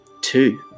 Two